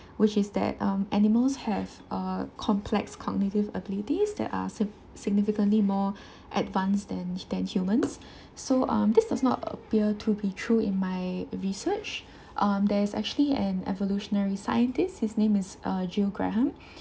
which is that um animals have uh complex cognitive abilities that are si~ significantly more advanced than than humans so um this does not appear to be true in my research um there's actually an evolutionary scientist his name is uh Joe Graham